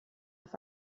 auf